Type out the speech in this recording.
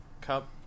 Cup